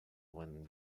when